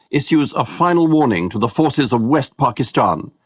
issues a final warning to the forces of west pakistan,